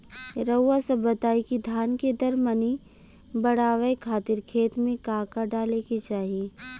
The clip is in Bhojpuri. रउआ सभ बताई कि धान के दर मनी बड़ावे खातिर खेत में का का डाले के चाही?